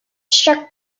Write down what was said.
struck